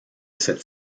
cette